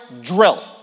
drill